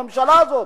הממשלה הזאת,